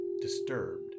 disturbed